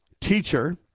teacher